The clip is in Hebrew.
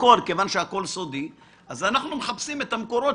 כיוון שהכל סודי אנחנו מחפשים את המקורות,